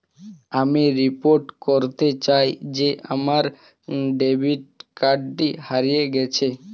আমি রিপোর্ট করতে চাই যে আমার ডেবিট কার্ডটি হারিয়ে গেছে